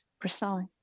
precise